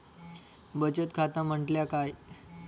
बचत खाता म्हटल्या काय?